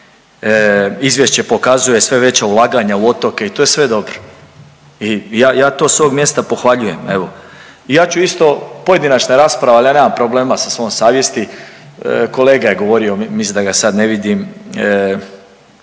izvješće pokazuje sve veća ulaganja u otoke i to je sve dobro i ja to s ovog mjesta pohvaljujem. I ja ću isto, pojedinačna je rasprava, ali ja nemam problema sa svojom savjesti, kolega je govorio mislim da ga sad ne vidim